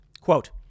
Quote